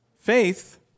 Faith